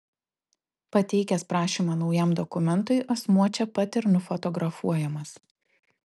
pateikęs prašymą naujam dokumentui asmuo čia pat ir nufotografuojamas